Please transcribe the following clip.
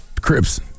Crips